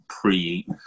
pre